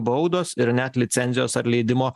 baudos ir net licencijos atleidimo